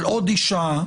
על עוד אישה,